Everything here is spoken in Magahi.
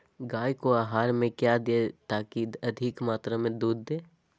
गाय को आहार में क्या दे ताकि अधिक मात्रा मे दूध दे?